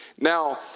Now